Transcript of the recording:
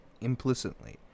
implicitly